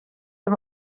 dem